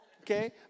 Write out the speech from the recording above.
okay